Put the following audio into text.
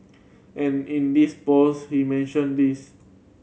and in this post he mentioned this